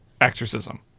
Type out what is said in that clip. exorcism